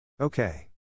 Okay